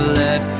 let